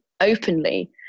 openly